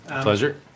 Pleasure